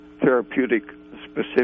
therapeutic-specific